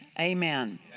Amen